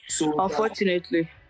Unfortunately